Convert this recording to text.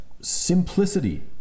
simplicity